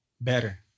better